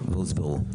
והוסברו.